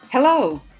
Hello